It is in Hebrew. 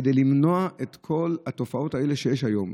כדי למנוע את כל התופעות האלה שיש היום.